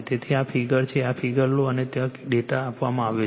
તેથી આ ફિગર છે આ ફિગર લો અને ત્યાં ડેટા આપવામાં આવ્યો છે